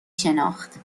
شناخت